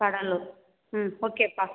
கடலூர் ம் ஓகேப்பா